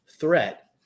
threat